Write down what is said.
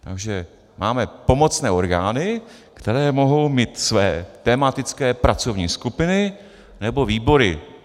Takže máme pomocné orgány, které mohou mít své tematické pracovní skupiny nebo výbory.